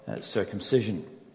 circumcision